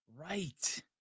right